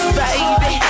baby